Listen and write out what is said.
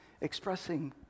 expressing